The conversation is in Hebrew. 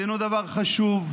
דבר חשוב: